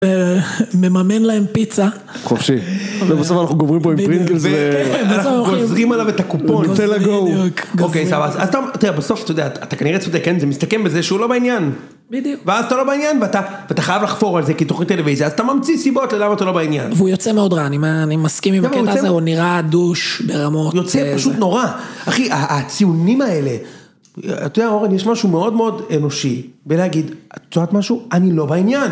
מממן להם פיצה. חופשי. ובסוף אנחנו גומרים פה עם פרינגלז ו... אנחנו גוזרים עליו את הקופון, תל אגו. אתה יודע... בסוף, אתה יודע, אתה כנראה צודק, זה מסתכם בזה שהוא לא בעניין. בדיוק. ואז אתה לא בעניין, ואתה חייב לחפור על זה כתוכנית הטלוויזיה, אז אתה ממציא סיבות למה אתה לא בעניין. והוא יוצא מאוד רע, אני מסכים עם הקטע הזה, הוא נראה דוש ברמות. יוצא פשוט נורא. אחי הציונים האלה, אתה יודע אורן, יש משהו מאוד מאוד אנושי בלהגיד "את יודעת משהו? אני לא בעניין".